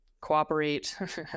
cooperate